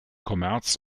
kommerz